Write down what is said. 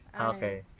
Okay